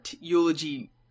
eulogy